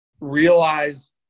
realize